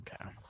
Okay